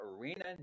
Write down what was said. arena